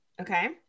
Okay